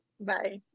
bye